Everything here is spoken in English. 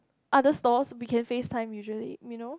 other stores we can facetime usually you know